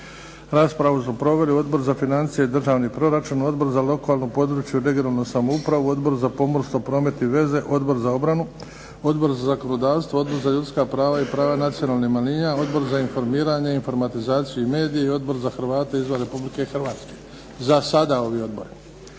Raspravu su proveli Odbor za financije i državni proračun, Odbor za lokalnu, područnu i regionalnu samoupravu, Odbor za pomorstvo, promet i veze, Odbor za obranu, Odbor za zakonodavstvo, Odbor za ljudska prava i prava nacionalnih manjina, Odbor za informiranje, informatizaciju i medije i Odbor za Hrvate izvan Republike Hrvatske. Za sada ovi odbori.